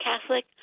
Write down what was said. Catholic